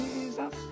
Jesus